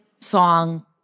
song